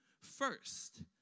first